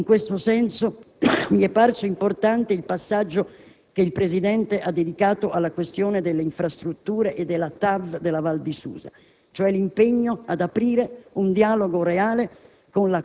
In questo senso, mi è parso importante il passaggio che il Presidente del Consiglio ha dedicato alla questione delle infrastrutture e della TAV in Val di Susa, cioè l'impegno ad aprire un dialogo reale